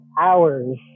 hours